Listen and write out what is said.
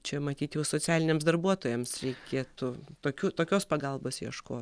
čia matyt jau socialiniams darbuotojams reikėtų tokių tokios pagalbos ieško